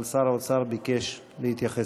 אבל שר האוצר ביקש להתייחס